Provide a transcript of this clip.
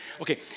Okay